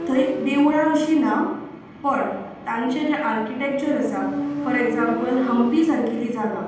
थंय देवळां अशी ना पण तांचे जे आर्किटेक्चर आसा फॉर एग्जांपल हंपी सारकीली जागा